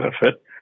Benefit